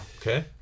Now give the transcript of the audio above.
Okay